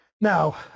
Now